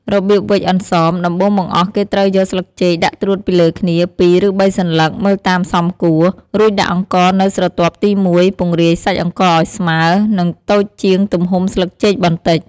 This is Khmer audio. របៀបវេច «អន្សម» ដំបូងបង្អស់គេត្រូវយកស្លឹកចេកដាក់ត្រួតពីលើគ្នា ពីរ ឬបីសន្លឹក មើលតាមសមគួរ រួចដាក់អង្ករនៅស្រទាប់ទីមួយ ពង្រាយសាច់អង្ករឱ្យស្មើ និងតូចជាងទំហំស្លឹកចេកបន្តិច ។